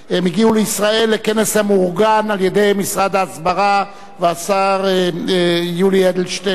הם הגיעו לישראל לכנס המאורגן על-ידי משרד ההסברה והשר יולי אדלשטיין.